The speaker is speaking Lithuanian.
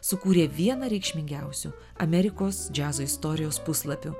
sukūrė vieną reikšmingiausių amerikos džiazo istorijos puslapių